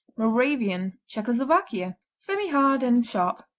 moravian czechoslovakia semihard and sharp.